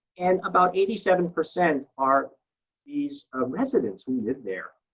and about eighty seven percent are these residents who live there.